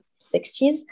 60s